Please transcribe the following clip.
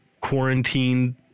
quarantined